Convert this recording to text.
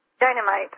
Dynamite